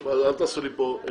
אל תעשו לי פה דמגוגיה.